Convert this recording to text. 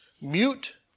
Mute